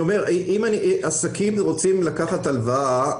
אם עסקים רוצים לקחת הלוואה,